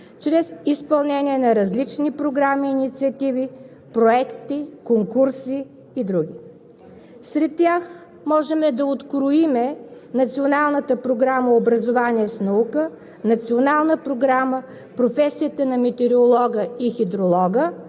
чрез изпълнение на различни програми, инициативи, проекти, конкурси и други. Сред тях можем да откроим Националната програма „Образование с наука“, Националната програма „Професията на метеоролога и хидролога“,